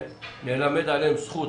נלמד עליהן זכות,